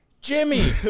Jimmy